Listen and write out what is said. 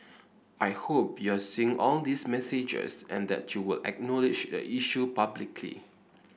I hope you're seeing all these messages and that you will acknowledge the issue publicly